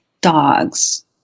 dogs